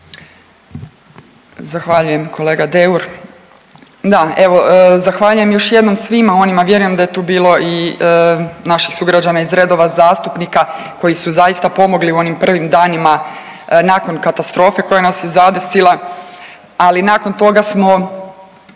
Zahvaljujem kolega Deur. Da, evo, zahvaljujem još jednom svima onima, vjerujem da je tu bilo i naših sugrađana iz redova zastupnika koji su zaista pomogli u onim prvim danima nakon katastrofe koja nas je zadesila, ali nakon toga smo